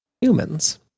humans